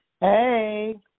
hey